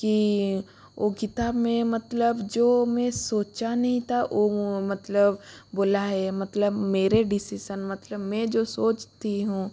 कि ओ किताब में मतलब जो मैं सोचा नहीं था ओ मतलब बोला है मतलब मेरे डिसीज़न मतलब मैं जो सोचती हूँ